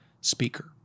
speaker